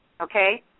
okay